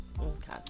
okay